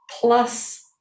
Plus